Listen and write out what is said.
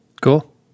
Cool